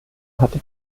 hatte